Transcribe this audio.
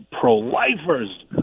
pro-lifers